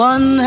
One